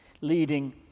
leading